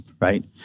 right